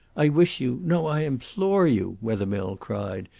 i wish you no, i implore you, wethermill cried,